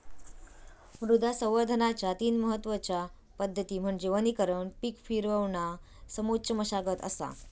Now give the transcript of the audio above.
मृदा संवर्धनाच्या तीन महत्वच्या पद्धती म्हणजे वनीकरण पीक फिरवणा समोच्च मशागत असा